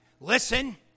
listen